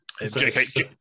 JK